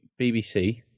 BBC